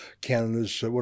Canada's